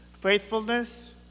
faithfulness